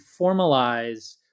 formalize